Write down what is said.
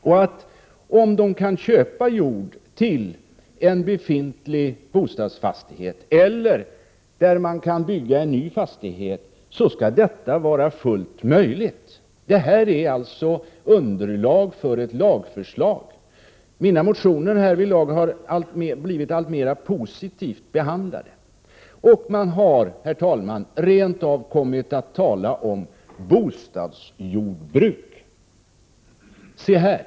Och om de kan köpa jord till en befintlig bostadsfastighet eller där man kan bygga en ny fastighet, så skall det vara fullt möjligt. Detta uttalande är alltså underlag för ett lagförslag. Mina motioner härvidlag har blivit alltmer positivt behandlade. Och man har, herr talman, rent av kommit att tala om bostadsjordbruk. Se här!